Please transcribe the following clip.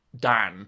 Dan